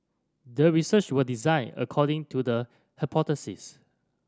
the research was designed according to the hypothesis